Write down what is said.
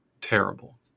terrible